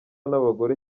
n’abagore